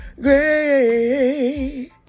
great